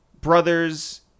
brothers